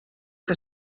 que